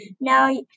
Now